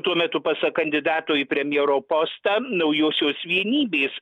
tuo metu pasak kandidato į premjero postą naujosios vienybės